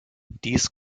dies